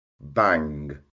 Bang